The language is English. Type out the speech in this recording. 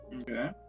Okay